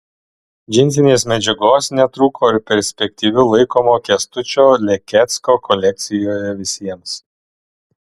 džinsinės medžiagos netrūko ir perspektyviu laikomo kęstučio lekecko kolekcijoje visiems